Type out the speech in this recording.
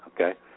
okay